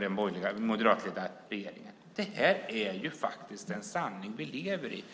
den borgerliga moderatledda regeringen? Det är den sanning vi lever i.